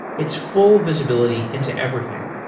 it's full visibility into everything.